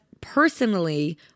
personally